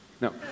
no